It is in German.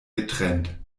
getrennt